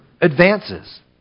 advances